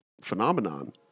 phenomenon